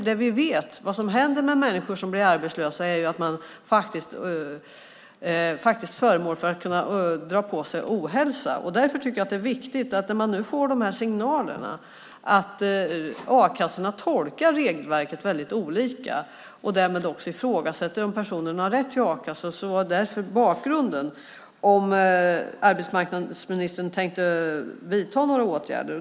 Det vi vet händer med människor som blir arbetslösa är att de faktiskt riskerar att dra på sig ohälsa. Därför tycker jag att det är viktigt att, när man nu får signalerna att a-kassorna tolkar regelverket väldigt olika och därmed också ifrågasätter om personen har rätt till a-kassa, fråga om arbetsmarknadsministern tänker vidta några åtgärder.